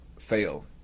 fail